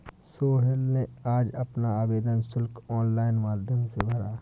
सोहेल ने आज अपना आवेदन शुल्क ऑनलाइन माध्यम से भरा